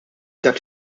dak